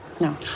No